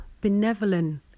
benevolent